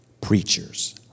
preachers